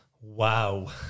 Wow